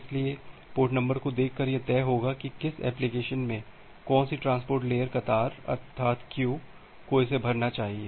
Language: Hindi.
इसलिए पोर्ट नंबर को देखकर यह तय होगा कि किस एप्लीकेशन में कौन सी ट्रांसपोर्ट लेयर कतार अर्थात क्यू को इसे भरना चाहिए